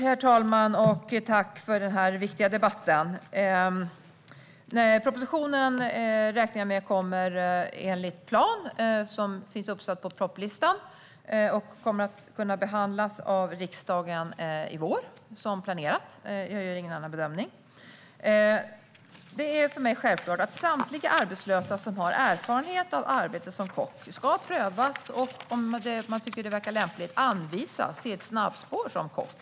Herr talman! Jag vill tacka för den här viktiga debatten. Propositionen räknar jag med kommer enligt plan. Den finns uppsatt på propositionslistan och kommer att kunna behandlas av riksdagen i vår som planerat. Jag gör ingen annan bedömning. Det är för mig självklart att samtliga arbetslösa som har erfarenhet av att arbeta som kock ska prövas och, om det verkar lämpligt, anvisas till ett snabbspår som kock.